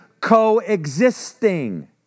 coexisting